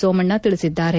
ಸೋಮಣ್ಣ ತಿಳಿಸಿದ್ದಾರೆ